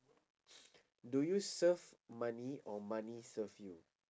do you serve money or money serve you